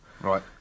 Right